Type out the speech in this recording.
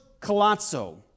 Colazzo